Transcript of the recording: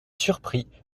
surpris